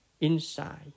inside